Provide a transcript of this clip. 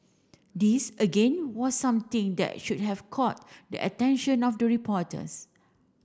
this again was something that should have caught the attention of the reporters